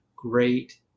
Great